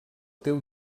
teu